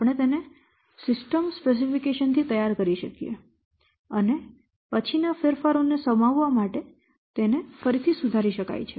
આપણે તેને system specification થી તૈયાર કરી શકીએ અને પછીના ફેરફારોને સમાવવા માટે તે પછીથી સુધારી શકાય છે